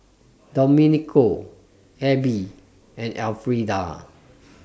Domenico Abbey and Elfreda